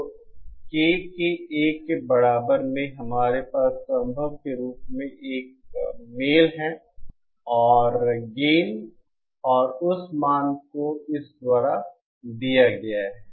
तो K के 1 के बराबर में हमारे पास संभव के रूप में एक मेल है और गेन और उस मान को इसके द्वारा दिया गया है